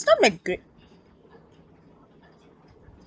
not like gre~